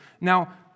Now